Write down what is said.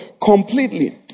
completely